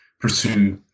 pursue